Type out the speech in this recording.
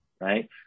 right